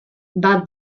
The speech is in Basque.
bat